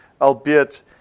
albeit